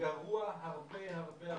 גרוע הרבה יותר.